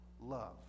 love